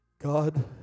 God